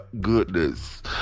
goodness